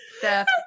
death